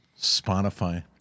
Spotify